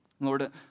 Lord